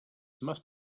must